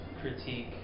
critique